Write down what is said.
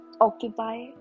occupy